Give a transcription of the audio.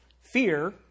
Fear